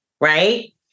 right